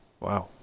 Wow